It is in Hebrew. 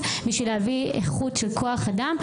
בשביל להביא איכות של כוח אדם.